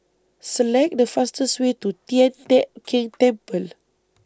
Select The fastest Way to Tian Teck Keng Temple